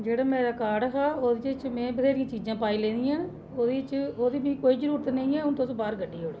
जेह्ड़ा मेरा कार्ड हा ओह्दे च में घरेलू चीजां पाई लेई दियां न ओह्दे च ओह्दी मीं कोई जरूरत नेईं ऐ हून तुस बाह्र कड्ढी लैओ